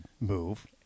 move